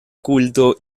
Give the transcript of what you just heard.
culto